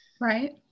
Right